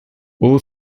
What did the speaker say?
all